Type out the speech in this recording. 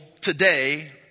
today